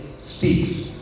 speaks